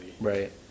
Right